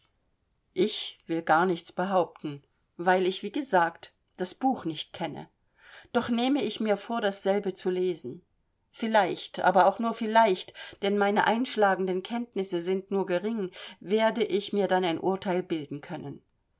ich will garnichts behaupten weil ich wie gesagt das buch nicht kenne doch nehme ich mir vor dasselbe zu lesen vielleicht aber auch nur vielleicht denn meine einschlagenden kenntnisse sind nur gering werde ich mir dann ein urteil bilden können